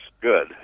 good